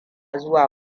zuwa